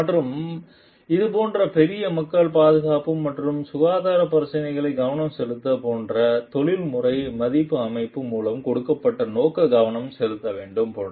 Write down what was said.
மற்றும் போன்ற பெரிய மக்கள் பாதுகாப்பு மற்றும் சுகாதார பிரச்சினைகள் கவனம் செலுத்த போன்ற தொழில்முறை மதிப்பு அமைப்பு மூலம் கொடுக்கப்பட்ட நோக்கம் கவனம் செலுத்த வேண்டும் போன்ற